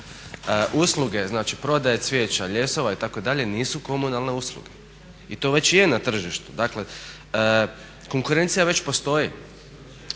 Usluge, znači prodaja cvijeća, ljesova itd. nisu komunalne usluge i to već je na tržištu. Dakle, konkurencija već postoji